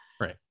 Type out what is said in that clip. Right